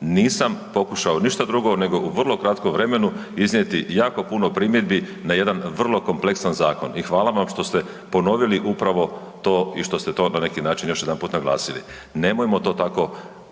nisam pokušao ništa drugo nego u vrlo kratkom vremenu iznijeti jako puno primjedbi na jedan vrlo kompleksan zakon i hvala vam što ste ponovili upravo to i što ste to na neki način još jedanput naglasili. Nemojmo to tako